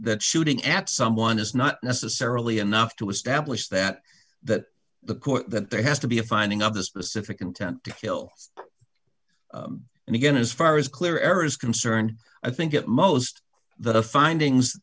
that shooting at someone is not necessarily enough to establish that that the court that there has to be a finding of the specific intent to kill and again as far as clear air is concerned i think it most the findings